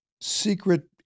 secret